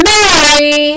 Mary